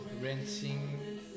renting